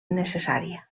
necessària